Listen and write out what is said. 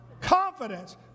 confidence